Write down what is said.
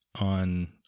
on